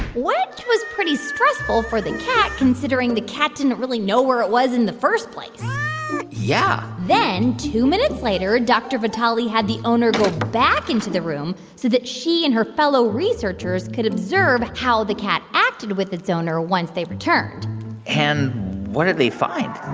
which was pretty stressful for the cat, considering the cat didn't really know where it was in the first place yeah then two minutes later, dr. vitale had the owner go but back into the room so that she and her fellow researchers could observe how the cat acted with its owner once they returned and what did they find?